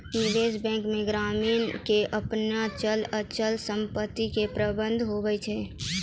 निबेश बेंक मे ग्रामीण के आपनो चल अचल समपत्ती के प्रबंधन हुवै छै